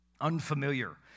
unfamiliar